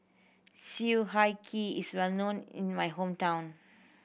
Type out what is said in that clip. sue high key is well known in my hometown